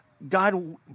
God